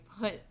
put